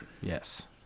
Yes